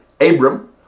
Abram